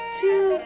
two